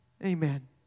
Amen